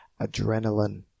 adrenaline